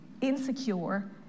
insecure